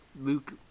Luke